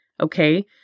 Okay